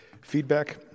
feedback